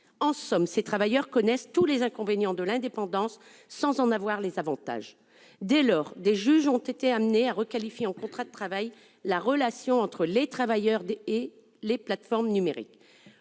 En somme, ces travailleurs connaissent tous les inconvénients de l'indépendance sans en avoir les avantages. Dès lors, des juges ont été amenés à requalifier en contrat de travail la relation entre des travailleurs et des plateformes numériques.